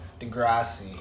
Degrassi